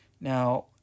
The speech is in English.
Now